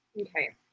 Okay